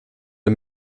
der